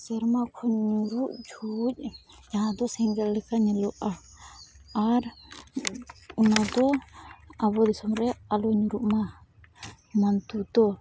ᱥᱮᱨᱢᱟ ᱠᱷᱚᱱ ᱧᱩᱨᱩᱜ ᱡᱟᱦᱟᱜ ᱡᱟᱦᱟᱸᱫᱚ ᱥᱮᱸᱜᱮᱞ ᱞᱮᱠᱟ ᱧᱮᱞᱚᱜᱼᱟ ᱟᱨ ᱚᱱᱟᱫᱚ ᱟᱵᱚ ᱫᱤᱥᱚᱢᱨᱮ ᱟᱞᱚ ᱧᱩᱨᱩᱜ ᱢᱟ ᱢᱟᱱᱛᱩᱫᱚ